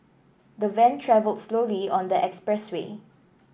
the van travelled slowly on the expressway